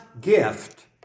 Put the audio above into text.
gift